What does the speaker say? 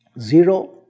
zero